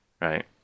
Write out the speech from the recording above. right